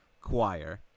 choir